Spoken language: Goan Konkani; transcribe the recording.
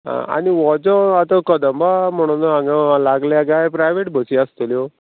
आनी हो जो आतां कदंबा म्हणून हांगा लागल्या काय प्रायवेट बसी आसतल्यो